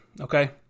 Okay